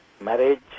marriage